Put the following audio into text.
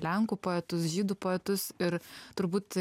lenkų poetus žydų poetus ir turbūt